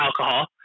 alcohol